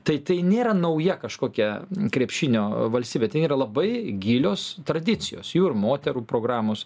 tai tai nėra nauja kažkokia krepšinio valstybė tai yra labai gilios tradicijos jų ir moterų programos